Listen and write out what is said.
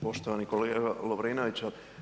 Poštovani kolega Lovrinović.